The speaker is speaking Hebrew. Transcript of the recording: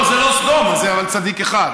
לא, זה לא סדום, אבל צדיק אחד.